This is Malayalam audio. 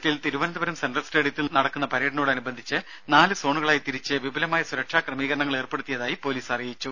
രംഭ ദിനത്തിൽ തിരുവനന്തപുരം സെൻട്രൽ റിപ്പബ്ലിക് സ്റ്റേഡിയത്തിൽ നടക്കുന്ന പരേഡിനോടനുബന്ധിച്ച് നാല് സോണുകളായി തിരിച്ച് വിപുലമായ സുരക്ഷാ ക്രമീകരണങ്ങൾ ഏർപ്പെടുത്തിയതായി പൊലീസ് അറിയിച്ചു